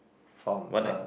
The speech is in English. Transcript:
from her